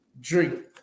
drink